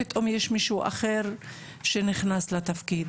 פתאום יש מישהו אחר שנכנס לתפקיד.